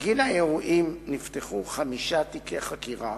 בגין האירועים נפתחו חמישה תיקי חקירה,